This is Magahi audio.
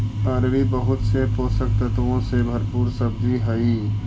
अरबी बहुत से पोषक तत्वों से भरपूर सब्जी हई